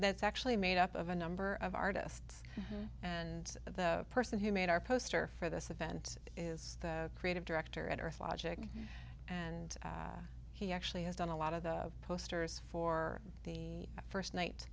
that's actually made up of a number of artists and the person who made our poster for this event is the creative director at earth logic and he actually has done a lot of the posters for the first night